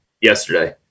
yesterday